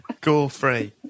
gore-free